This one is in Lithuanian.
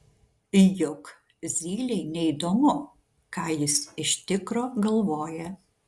juk zylei neįdomu ką jis iš tikro galvoja